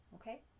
Okay